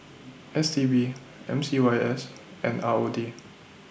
S T B M C Y S and R O D